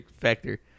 factor